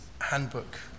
handbook